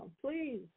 Please